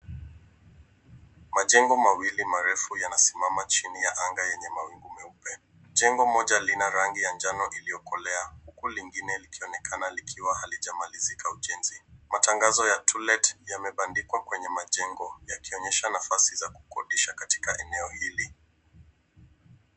Majengo mawili marefu yanasimama chini ya anga yenye mawingu meupe. Jengo moja lina rangi ya njano iliyokolea, huku lingine likionekana likiwa halijamalizika ujenzi. Matangazo ya to let yamebandikwa kwenye majengo, yakionyesha nafasi za kukodisha katika eneo hili.